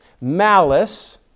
malice